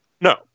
no